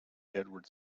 edward